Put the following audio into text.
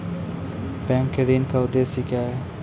Bank के ऋण का उद्देश्य क्या हैं?